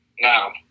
Now